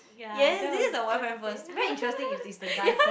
yes this is a boyfriend first very interesting is this the guy first